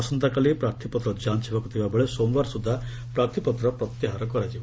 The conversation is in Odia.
ଆସନ୍ତାକାଲି ପ୍ରାର୍ଥୀପତ୍ର ଲାଗି ହେବାକୁ ଥିବାବେଳେ ସୋମବାର ସୁଦ୍ଧା ପ୍ରାର୍ଥୀପତ୍ର ପ୍ରତ୍ୟାହାର କରାଯିବ